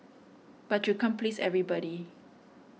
but you can't please everybody